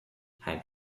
had